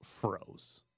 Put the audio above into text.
froze